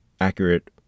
accurate